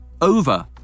Over